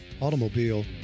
automobile